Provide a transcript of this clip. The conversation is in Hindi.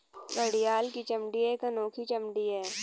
घड़ियाल की चमड़ी एक अनोखी चमड़ी है